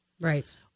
Right